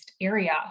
area